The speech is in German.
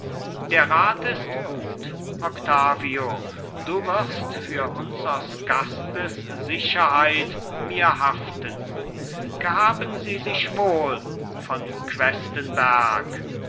der rat ist gut octavio du wirst für unsers gastes sicherheit mir haften gehaben sie sich wohl von questenberg